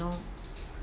know